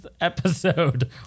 episode